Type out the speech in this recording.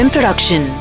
Production